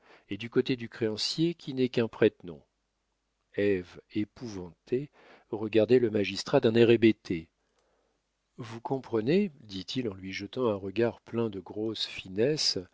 et du côté du créancier qui n'est qu'un prête-nom ève épouvantée regardait le magistrat d'un air hébété vous comprenez dit-il en lui jetant un regard plein de grosse finesse